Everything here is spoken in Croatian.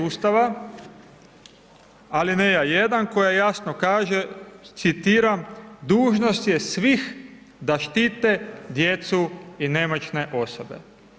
Ustava alineja 1. koja jasno kaže, citiram: „Dužnost je svih da štite djecu i nemoćne osobe.